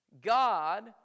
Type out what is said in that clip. God